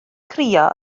crio